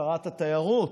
שרת התיירות,